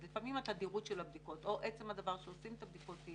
אז לפעמים התדירות של הבדיקות או עצם הדבר שעושים את הבדיקות הוא